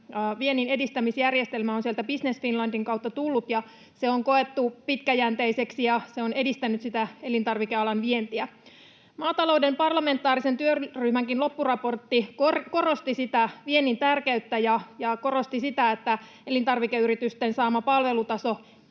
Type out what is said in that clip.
viennin edistämisjärjestelmä on sieltä Business Finlandin kautta tullut, ja se on koettu pitkäjänteiseksi ja on edistänyt sitä elintarvikealan vientiä. Maatalouden parlamentaarisen työryhmän loppuraporttikin korosti viennin tärkeyttä ja sitä, että elintarvikeyritysten saama palvelutaso